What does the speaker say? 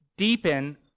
deepen